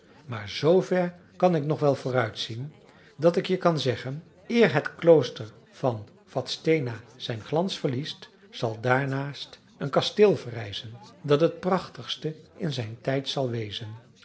maar z ver kan ik nog wel vooruit zien dat ik je kan zeggen eer het klooster van vadstena zijn glans verliest zal daarnaast een kasteel verrijzen dat het prachtigste in zijn tijd zal wezen